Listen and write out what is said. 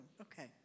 Okay